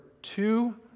two